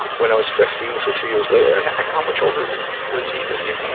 when i was fifteen, so two years later. and and how much older was he than you?